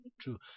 true